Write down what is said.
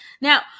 Now